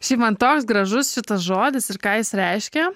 šiaip man toks gražus šitas žodis ir ką jis reiškia